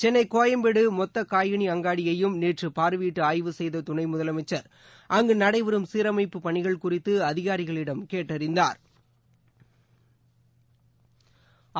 சென்னைகோயம்பேடுமொத்தகாய்கனி அங்காடியையும் நேற்றுபாா்வையிட்டுஆய்வு செய்ததுணைமுதலமைச்சா் அங்குநடைபெறும் சீரமைப்பு பணிகள் குறித்துஅதிகாரிகளிடம் கேட்டறிந்தாா்